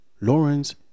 Lawrence